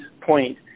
point